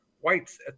whites